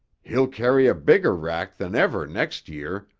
he'll carry a bigger rack than ever next year,